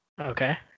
Okay